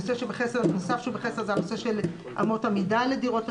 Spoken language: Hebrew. נושא נוסף שהוא בחסר זה הנושא של אמות המידה לדירות השירות.